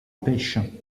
pêche